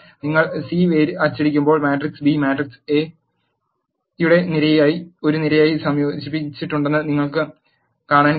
നിങ്ങൾ സി അച്ചടിക്കുമ്പോൾ matrix B matrix A യുടെ ഒരു നിരയായി സംയോജിപ്പിച്ചിട്ടുണ്ടെന്ന് നിങ്ങൾക്ക് കാണാൻ കഴിയും